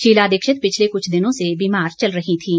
शीला दीक्षित पिछले कुछ दिनों से बीमार चल रही थीं